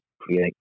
create